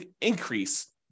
increase